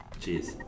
cheers